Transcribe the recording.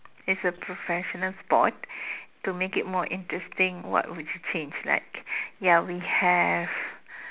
it's a professional sport to make it more interesting what would you change like ya we have